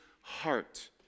heart